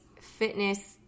fitness